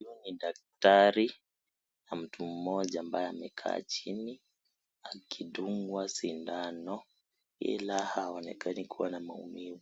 Huyu ni daktari na mtu mmoja ambaye amekaa chini, akidungwa sindano, ila haonekani kuwa na maumivu.